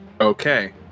Okay